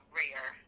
rare